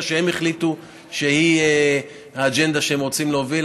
שהם החליטו שהיא האג'נדה שהם רוצים להוביל.